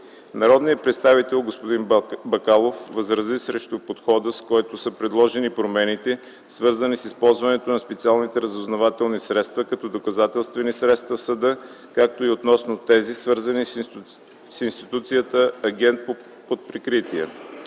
Народният представител господин Бакалов възрази срещу подхода, с който са предложени промените, свързани с използването на специалните разузнавателни средства като доказателствени средства в съда, както и относно тези, свързани с институцията „агент под прикритие”.